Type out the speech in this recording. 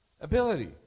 ability